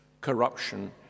corruption